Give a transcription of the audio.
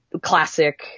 classic